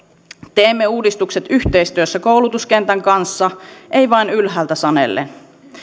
teemme uudistukset yhteistyössä koulutuskentän kanssa ei vain ylhäältä sanellen